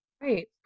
Right